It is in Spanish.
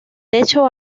techo